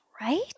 Right